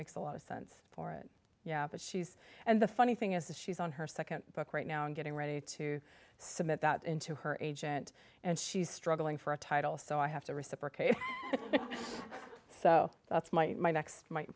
makes a lot of sense for it yeah but she's and the funny thing is that she's on her second book right now and getting ready to submit that into her agent and she's struggling for a title so i have to reciprocate so that's my next m